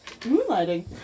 moonlighting